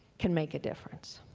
can make a difference.